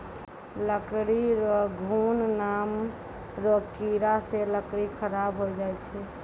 लकड़ी रो घुन नाम रो कीड़ा से लकड़ी खराब होय जाय छै